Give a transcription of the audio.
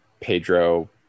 Pedro